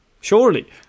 surely